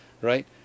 Right